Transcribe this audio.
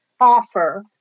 offer